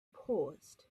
paused